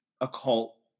occult